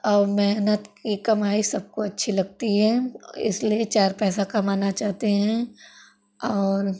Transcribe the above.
और मेहनत की कमाई सबको अच्छी लगती है इसलिए चार पैसा कमाना चाहते हैं और